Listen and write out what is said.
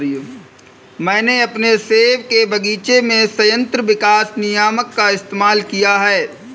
मैंने अपने सेब के बगीचे में संयंत्र विकास नियामक का इस्तेमाल किया है